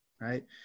Right